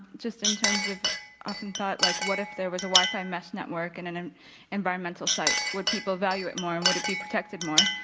just in terms i've often thought like, what if there was a wifi mesh network in and an environmental site? would people value it more and would it be protected more?